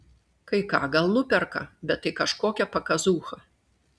kai ką gal nuperka bet tai kažkokia pakazūcha